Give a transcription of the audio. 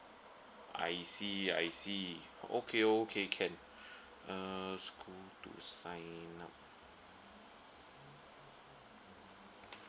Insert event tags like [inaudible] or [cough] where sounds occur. I see I see okay okay can [breath] err school to sign up